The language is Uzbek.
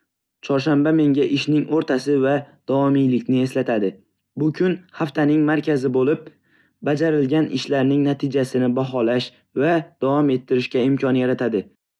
Chorshanba menga ishning o'rtasi va davomiylikni eslatadi. Bu kun haftaning markazi bo'lib, bajarilgan ishlarning natijasini baholash va davom ettirishga imkon yaratadi.